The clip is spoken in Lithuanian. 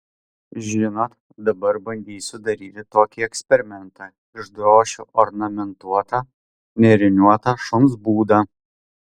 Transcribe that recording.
žinot dabar bandysiu daryti tokį eksperimentą išdrošiu ornamentuotą nėriniuotą šuns būdą